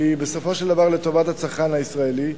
היא בסופו של דבר לטובת הצרכן הישראלי.